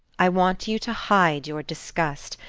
i want you to hide your disgust,